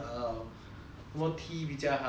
what tea 比较好 all that